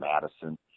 Madison